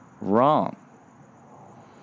wrong